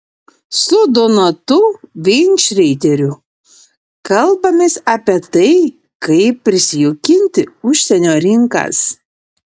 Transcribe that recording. su donatu veinšreideriu kalbamės apie tai kaip prisijaukinti užsienio rinkas